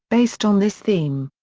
based on this theme.